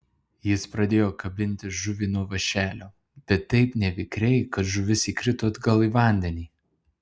jis pradėjo kabinti žuvį nuo vąšelio bet taip nevikriai kad žuvis įkrito atgal į vandenį